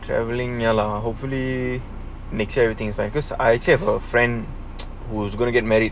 travelling ya lah hopefully next year everything is fine because I actually have a friend who's going to get married